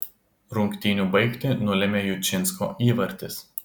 rungtynių baigtį nulėmė jučinsko įvartis